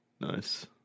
Nice